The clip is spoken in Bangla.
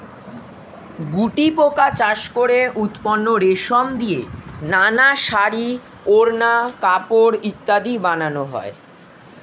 গুটিপোকা চাষ করে উৎপন্ন রেশম দিয়ে নানা শাড়ী, ওড়না, কাপড় ইত্যাদি বানানো হয়